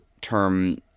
term